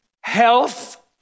health